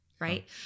right